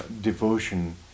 devotion